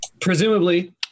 Presumably